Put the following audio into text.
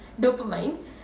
Dopamine